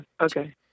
okay